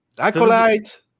Acolyte